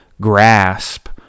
grasp